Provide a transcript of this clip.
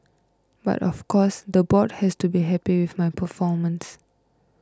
but of course the board has to be happy with my performance